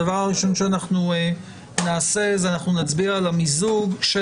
הדבר הראשון שאנחנו נעשה הוא להצביע על המיזוג של